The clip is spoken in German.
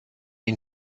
ihn